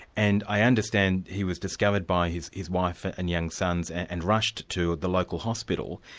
and i understand he was discovered by his his wife and and young sons and rushed to the local hospital,